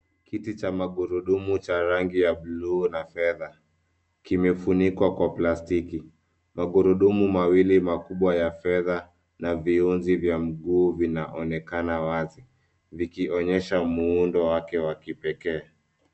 Kiti cha magurudumu cha rangi ya buluu na fedha, kimefunikwa kwa plastiki. Magurudumu mawili makubwa ya fedha na viunzi vya mguu vinaonekana wazi , vikionyesha muundo wake wa kipekee.